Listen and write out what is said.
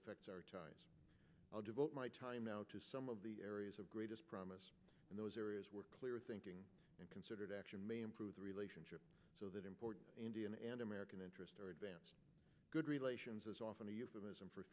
affects our ties i'll devote my time now to some of the areas of greatest promise in those areas were clear thinking and considered action may improve the relationship so that important indian and american interest are advanced good relations is often a euphemism for